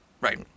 right